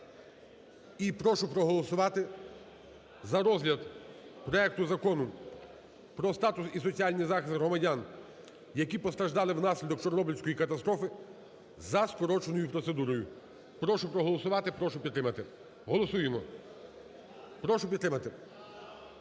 і прошу проголосувати за розгляд проекту Закону про статус і соціальний захист громадян, які постраждали внаслідок Чорнобильської катастрофи, за скороченою процедурою. Прошу проголосувати, прошу підтримати. Голосуємо. Прошу підтримати.